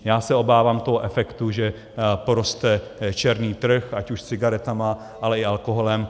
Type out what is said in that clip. Já se obávám toho efektu, že poroste černý trh, ať už s cigaretami, ale i alkoholem.